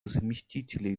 заместителей